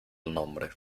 nombre